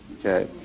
Okay